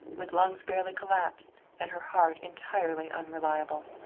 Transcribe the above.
with lungs fairly collapsed and her heart entirely unreliable.